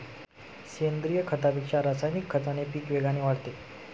सेंद्रीय खतापेक्षा रासायनिक खताने पीक वेगाने वाढते